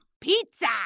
Pizza